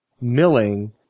milling